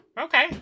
Okay